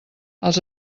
els